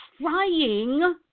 trying